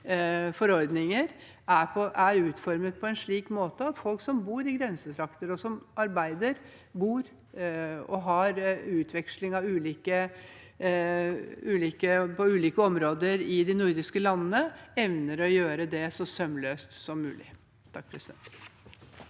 forordninger er utformet slik at folk som bor i grensetraktene, og som arbeider og driver med utveksling på ulike områder i de nordiske landene, evner å gjøre det så sømløst som mulig. Marit